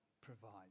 provides